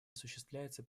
осуществляется